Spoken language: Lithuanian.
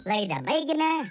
laidą baigėme